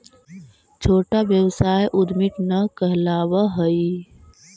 छोटा व्यवसाय उद्यमीट न कहलावऽ हई